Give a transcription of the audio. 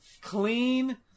Clean